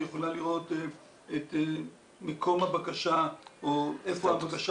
יכולה לראות את מקום הבקשה או איפה הבקשה